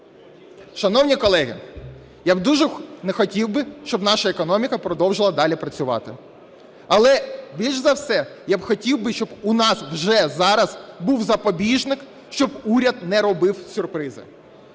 Шановні колеги, я б дуже хотів би, щоб наша економіка продовжила далі працювати, але більш за все я б хотів би, щоб у нас вже зараз був запобіжник, щоб уряд не робив сюрпризи.